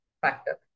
factor